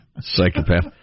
psychopath